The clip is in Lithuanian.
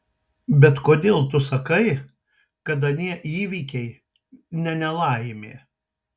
bet kodėl tu sakai kad anie įvykiai ne nelaimė